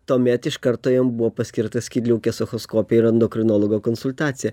tuomet iš karto jam buvo paskirta skydliaukės echoskopija ir endokrinologo konsultacija